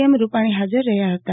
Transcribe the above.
એમ રૂપાણી હાજર રહ્યાં હતાં